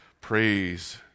praise